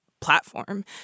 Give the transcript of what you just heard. platform